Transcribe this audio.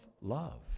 love